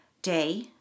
day